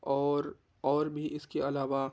اور اور بھی اس کے علاوہ